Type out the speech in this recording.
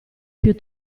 più